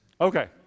Okay